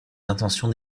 intentions